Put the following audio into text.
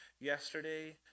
yesterday